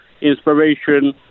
inspiration